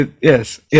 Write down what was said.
Yes